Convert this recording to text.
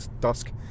dusk